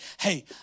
hey